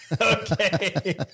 Okay